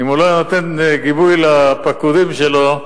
אם הוא לא היה נותן גיבוי לפקודים שלו,